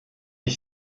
est